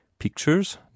Pictures